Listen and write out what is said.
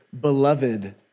beloved